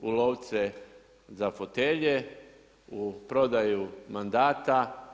U lovce za fotelje, u prodaju mandata.